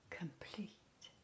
complete